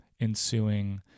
ensuing